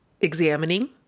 examining